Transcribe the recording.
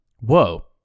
Whoa